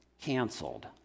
canceled